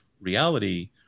reality